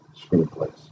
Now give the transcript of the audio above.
screenplays